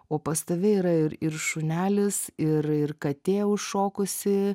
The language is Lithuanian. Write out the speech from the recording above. o pas tave yra ir ir šunelis ir ir katė užšokusi